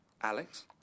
Alex